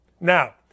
Now